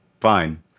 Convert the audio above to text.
fine